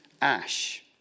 ash